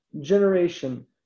generation